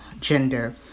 gender